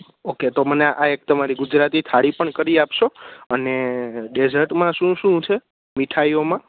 okay તો મને આ એક તમારી ગુજરાતી થાળી પણ કરી આપશો અને ડેઝર્ટમાં શું શું છે મીઠાઈઓમાં